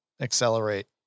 accelerate